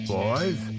Boys